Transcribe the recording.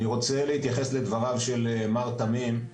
אני רוצה להתייחס לדבריו של מר תמים,